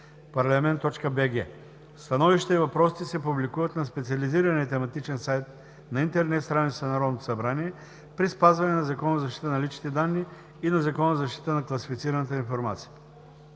Становищата и въпросите се публикуват на специализирания тематичен сайт на интернет страницата на Народното събрание при спазване на Закона за защита на личните данни и на Закона за защита на класифицираната информация.